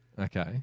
Okay